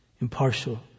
impartial